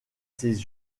ses